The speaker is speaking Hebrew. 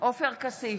עופר כסיף,